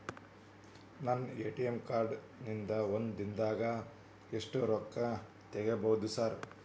ನನ್ನ ATM card ನಿಂದಾ ಒಂದ್ ದಿಂದಾಗ ಎಷ್ಟ ರೊಕ್ಕಾ ತೆಗಿಬೋದು ಸಾರ್?